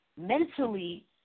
mentally